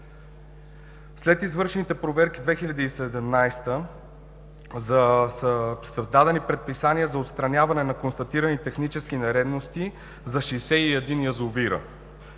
След извършените проверки в 2017 г. са създадени предписания за отстраняване на констатирани технически нередности за 61 язовира.